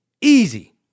Easy